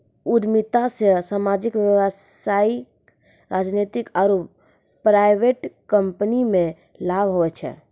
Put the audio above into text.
उद्यमिता से सामाजिक व्यवसायिक राजनीतिक आरु प्राइवेट कम्पनीमे लाभ हुवै छै